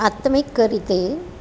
આત્મિક રીતે